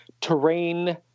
terrain